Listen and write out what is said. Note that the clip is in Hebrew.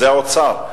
זה האוצר.